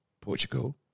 Portugal